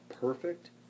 perfect